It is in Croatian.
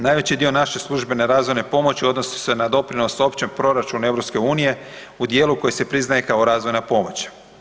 Najveći dio naše službene razvojne pomoći odnosi na doprinos općem proračunu EU-a u djelu koji se priznaje kao razvojna pomoć.